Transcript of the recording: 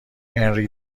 هنری